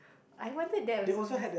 I wanted that also when I was